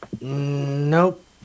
Nope